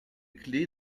clef